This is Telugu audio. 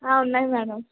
ఉన్నాయి మేడం